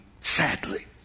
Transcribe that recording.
sadly